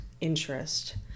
interest—